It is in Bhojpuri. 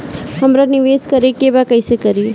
हमरा निवेश करे के बा कईसे करी?